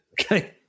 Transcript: Okay